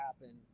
happen